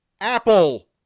Apple